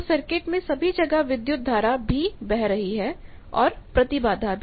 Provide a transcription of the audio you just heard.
तो सर्किट में सभी जगह विद्युत धारा भी बदल रही है और प्रतिबाधा भी